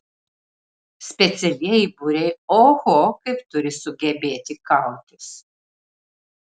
specialieji būriai oho kaip turi sugebėti kautis